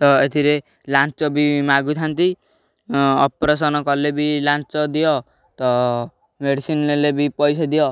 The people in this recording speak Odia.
ତ ଏଥିରେ ଲାଞ୍ଚ ବି ମାଗୁଥାନ୍ତି ଅପରେସନ୍ କଲେ ବି ଲାଞ୍ଚ ଦିଅ ତ ମେଡ଼ିସିନ ନେଲେ ବି ପଇସା ଦିଅ